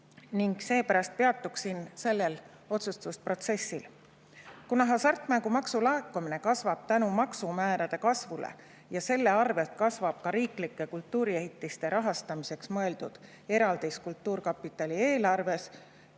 Seepärast peatuksin sellel otsustusprotsessil. Kuna hasartmängumaksu laekumine kasvab tänu maksumäärade [tõusule] ja selle tõttu [suureneb] ka riiklike kultuuriehitiste rahastamiseks mõeldud eraldis kultuurkapitali eelarves,